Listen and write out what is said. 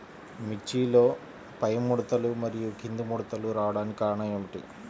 మిర్చిలో పైముడతలు మరియు క్రింది ముడతలు రావడానికి కారణం ఏమిటి?